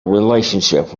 relationship